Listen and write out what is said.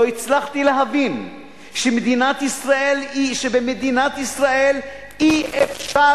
לא הצלחתי להבין שבמדינת ישראל אי-אפשר